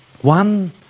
one